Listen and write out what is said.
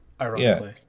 ironically